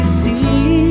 see